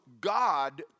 God